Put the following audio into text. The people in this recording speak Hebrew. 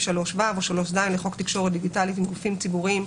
3ו או 3ז לחוק תקשורת דיגיטלית עם גופים ציבוריים,